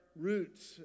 roots